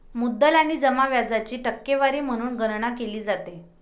मुद्दल आणि जमा व्याजाची टक्केवारी म्हणून गणना केली जाते